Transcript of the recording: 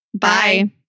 Bye